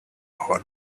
whole